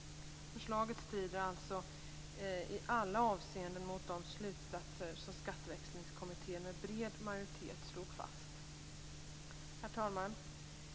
Förslaget strider alltså i alla avseenden mot de slutsatser som Skatteväxlingskommittén med bred majoritet slog fast. Herr talman!